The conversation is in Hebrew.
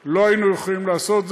ולראות איך לא הנשים הן שיעזבו.